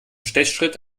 stechschritt